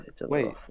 wait